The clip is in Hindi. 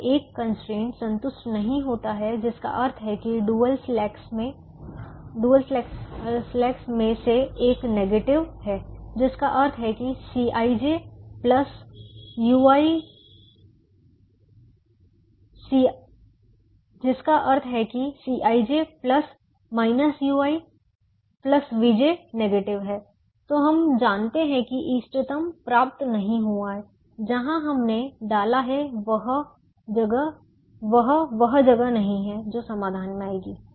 जब एक कंस्ट्रेंट संतुष्ट नहीं होता है जिसका अर्थ है कि डुअल स्लैक्स में से एक नेगेटिव है जिसका अर्थ है कि Cij vj नेगेटिव है तो हम जानते हैं कि इष्टतम प्राप्त नहीं हुआ है जहां हमने डाला है वह वह जगह नहीं है जो समाधान में आएगी